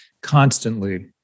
constantly